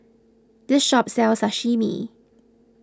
this shop sells Sashimi